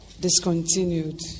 discontinued